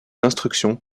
instructions